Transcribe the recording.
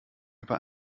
über